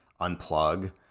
unplug